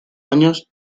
años